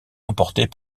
remportée